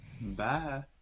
Bye